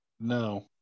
No